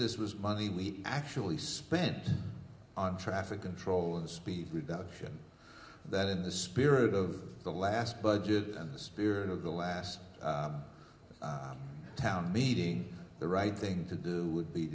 this was money we actually spent on traffic control and speed reduction that in the spirit of the last budget and the spirit of the last town meeting the right thing to do would be